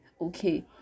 Okay